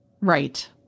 Right